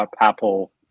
Apple